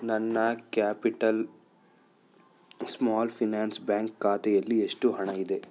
ನನ್ನ Capital Small Finance Bank ಖಾತೆಯಲ್ಲಿ ಎಷ್ಟು ಹಣ ಇದೆ